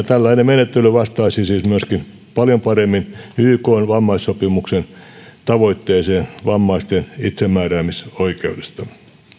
tällainen menettely vastaisi siis myöskin paljon paremmin ykn vammaissopimuksen tavoitteeseen vammaisten itsemääräämisoikeudesta